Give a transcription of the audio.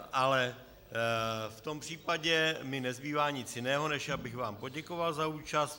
Ale v tom případě mi nezbývá nic jiného, než abych vám poděkoval za účast.